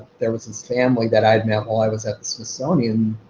there was this family that i'd met while i was at smithsonian.